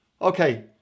Okay